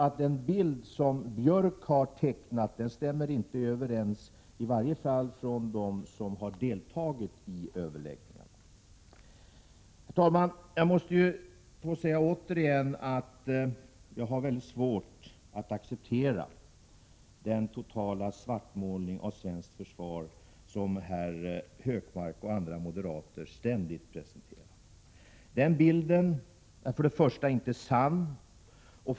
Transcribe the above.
Den bild som Gunnar Björk har tecknat stämmer i varje fall inte överens med den bild de har som har deltagit i överläggningarna. Herr talman! Jag måste återigen få säga att jag har svårt att acceptera den totala svartmålning av svenskt försvar som Gunnar Hökmark och andra moderater ständigt presenterar. För det första är den bilden inte sann.